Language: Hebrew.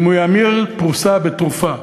אם הוא ימיר פרוסה בתרופה,